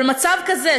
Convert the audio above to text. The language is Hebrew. אבל מצב כזה,